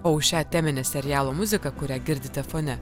o už šią teminę serialo muziką kurią girdite fone